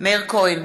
מאיר כהן,